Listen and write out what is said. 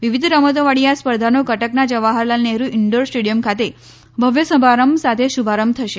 વિવિધ રમતોવાળી આ સ્પર્ધાનો કટકના જવાહરલાલ નહેરૂ ઇન્ડોર સ્ટેડિયમ ખાતે ભવ્ય સમારંભ સાથે શુભારંભ થશે